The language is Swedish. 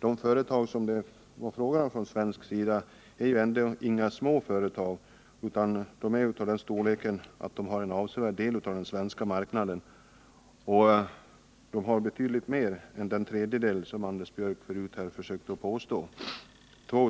De företag som det var fråga om från svensk sida är ju ändå inga små företag, utan de är av den storleken att de har en avsevärd del av den svenska marknaden. De har betydligt mer än den tredjedel som Anders Björck här förut försökte påstå att det var fråga om.